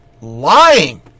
lying